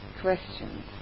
questions